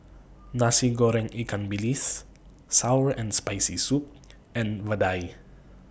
Nasi Goreng Ikan Bilis Sour and Spicy Soup and Vadai